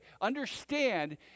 understand